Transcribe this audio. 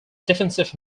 defensive